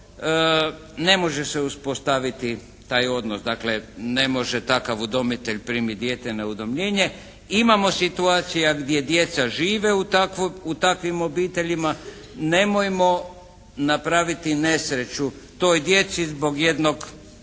ne može se uspostaviti taj odnos. Dakle, ne može takav udomitelj primiti dijete na udomljenje. Imamo situacija gdje djeca žive u takvim obiteljima. Nemojmo napraviti nesreću toj djeci zbog jednog jeftinog